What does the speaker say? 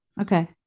okay